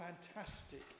fantastic